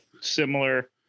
similar